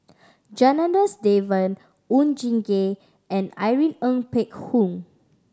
Janadas Devan Oon Jin Gee and Irene Ng Phek Hoong